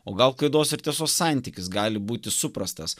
o gal klaidos ir tiesos santykis gali būti suprastas